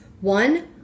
One